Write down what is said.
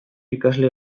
ikasle